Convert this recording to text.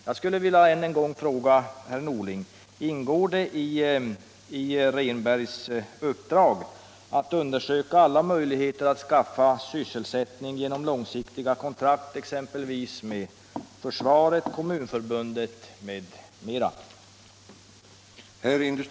Jag skulle än en gång vilja fråga herr Åsling: Ingår det i Rehnbergs uppdrag att undersöka alla möjligheter att skaffa sysselsättning genom långsiktiga kontrakt, exempelvis med försvaret och Kommunförbundet?